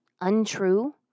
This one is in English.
untrue